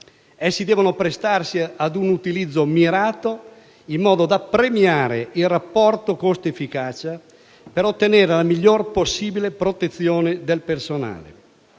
essi devono prestarsi ad un utilizzo mirato in modo da premiare il rapporto costo-efficacia per ottenere la migliore protezione possibile del personale;